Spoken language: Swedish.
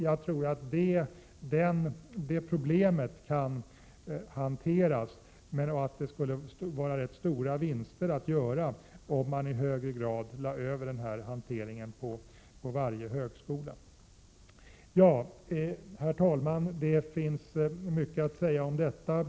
Jag tror att detta problem skulle gå att lösa och att det skulle vara rätt stora vinster att göra om man i högre grad lade över denna hantering på varje högskola. Herr talman! Det finns mycket att säga i denna fråga.